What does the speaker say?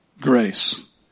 grace